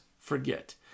forget